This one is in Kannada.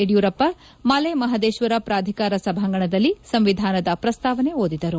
ಯಡಿಯೂರಪ್ಪ ಮಲೆಮಹದೇಶ್ವರ ಪ್ರಾಧಿಕಾರ ಸಭಾಂಗಣದಲ್ಲಿ ಸಂವಿಧಾನದ ಪ್ರಸ್ತಾವನೆ ಓದಿದರು